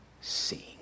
seeing